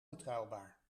betrouwbaar